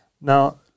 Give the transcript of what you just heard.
Now